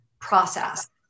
process